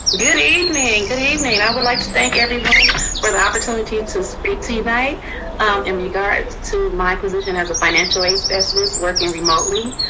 good evening, good evening. i would like to thank everyone for the opportunity to speak to you tonight in regards to my position as a financial aid specialist working remotely.